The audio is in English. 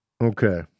Okay